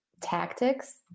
tactics